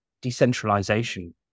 decentralization